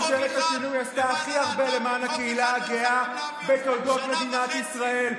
ממשלת השינוי עשתה הכי הרבה למען הקהילה הגאה בתולדות מדינת ישראל.